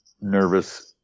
nervous